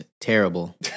terrible